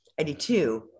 82